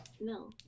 No